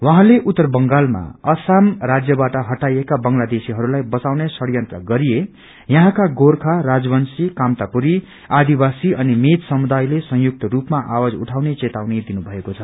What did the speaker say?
उहाँले उत्तर बंगालमा असम राज्यबाट हटाइएका बंगलादेशीहरूलाई बसाउने षड़यंत्र गरिए यहाँका गोर्खा राजवंशी कामतापुरी आदिवासी अनि मेच समुदायले संयुक्त रूपमा आवाज उठाउने चेतावनी दिनु भएको छ